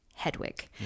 Hedwig